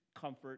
comfort